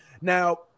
now